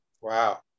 Wow